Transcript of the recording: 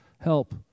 help